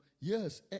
yes